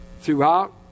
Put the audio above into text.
throughout